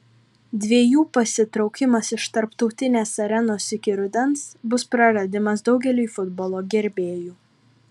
dviejų pasitraukimas iš tarptautinės arenos iki rudens bus praradimas daugeliui futbolo gerbėjų